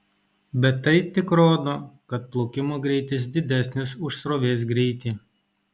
bet tai tik rodo kad plaukimo greitis didesnis už srovės greitį